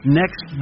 next